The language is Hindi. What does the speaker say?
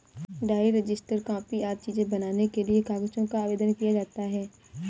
डायरी, रजिस्टर, कॉपी आदि चीजें बनाने के लिए कागज का आवेदन किया जाता है